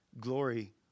glory